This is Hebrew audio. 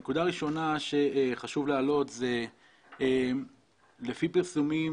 נקודה ראשונה שחשוב להעלות היא שלפי פרסומים